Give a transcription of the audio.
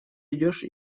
идешь